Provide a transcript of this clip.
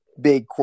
big